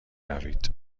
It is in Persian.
روید